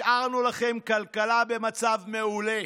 השארנו לכם כלכלה במצב מעולה,